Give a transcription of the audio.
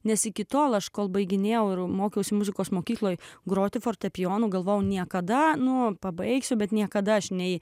nes iki tol aš kol baiginėjau ir mokiausi muzikos mokykloje groti fortepijonu galvojau niekada nuo pabaigsiu bet niekada aš nei